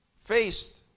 faced